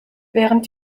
während